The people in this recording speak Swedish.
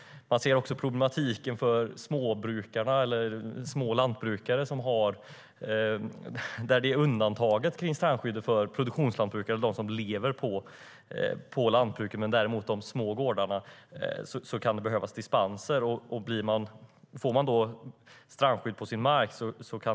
Man ser också problematiken för små lantbrukare, där produktionslantbrukare - alltså de som lever på lantbruket - har undantag från strandskyddet. För små gårdar kan det däremot behövas dispenser i framtiden om man får strandskydd på sin mark.